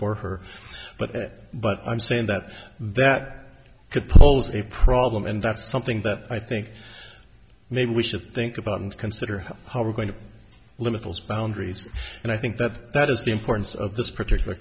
for her but it but i'm saying that that could pose a problem and that's something that i think maybe we should think about and consider how we're going to limit those boundaries and i think that that is the importance of this particular